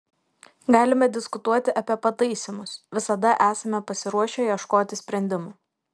galime diskutuoti apie pataisymus visada esame pasiruošę ieškoti sprendimų